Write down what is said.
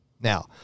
Now